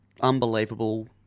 unbelievable